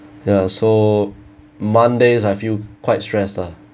ya so mondays I feel quite stressed lah